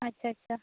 ᱟᱪᱪᱷᱟ ᱟᱪᱪᱷᱟ ᱟᱪᱪᱷᱟ